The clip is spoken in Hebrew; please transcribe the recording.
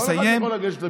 כל אחד יכול לגשת למכרז.